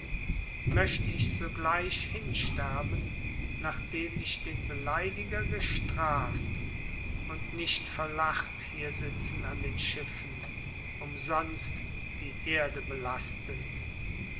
möcht ich sogleich hinsterben nachdem ich den beleidiger gestraft und nicht verlacht hier sitzen an den schiffen umsonst die erde belastend